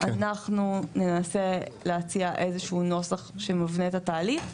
אנחנו ננסה להציע איזה שהוא נוסח שיבנה את התהליך.